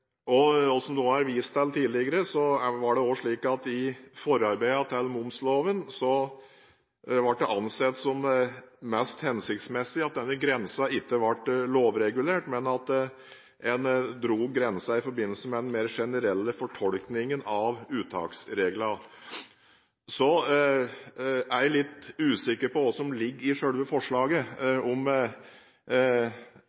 Som det også er vist til tidligere, ble det i forarbeidene til momsloven ansett som mest hensiktsmessig at denne grensen ikke ble lovregulert, men at man dro opp grensen i forbindelse med den mer generelle fortolkningen av uttaksreglene. Så er jeg litt usikker på hva som ligger i selve forslaget